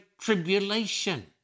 tribulation